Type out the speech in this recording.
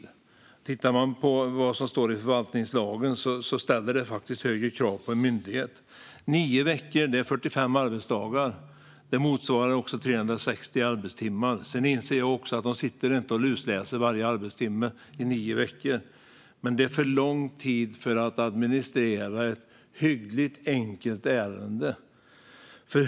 Om vi tittar på vad som står i förvaltningslagen ser vi att det ställs högre krav på en myndighet. Nio veckor är 45 arbetsdagar, vilket motsvarar 360 arbetstimmar. Jag inser också att de inte sitter och lusläser under varje arbetstimme i nio veckor, men det är för lång tid för att administrera ett hyggligt enkelt ärende.